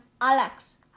Alex